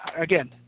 Again